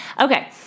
Okay